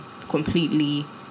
completely